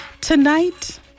Tonight